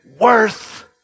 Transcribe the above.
worth